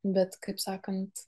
bet kaip sakant